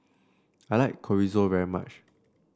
I like Chorizo very much